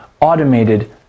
automated